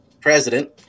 President